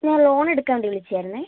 ഞാൻ ലോൺ എടുക്കാൻ വേണ്ടി വിളിച്ചത് ആയിരുന്നെ